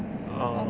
orh